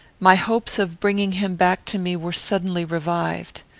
my hopes of bringing him back to me were suddenly revived.